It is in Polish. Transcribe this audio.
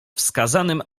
wskazanym